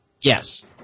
Yes